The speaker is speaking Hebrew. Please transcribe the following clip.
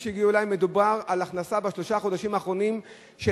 מדובר על הכנסה בשלושת החודשים האחרונים של